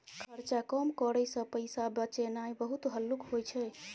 खर्चा कम करइ सँ पैसा बचेनाइ बहुत हल्लुक होइ छै